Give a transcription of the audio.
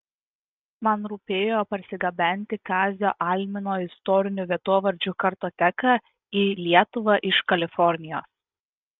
man rūpėjo parsigabenti kazio almino istorinių vietovardžių kartoteką į lietuvą iš kalifornijos